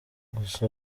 gusa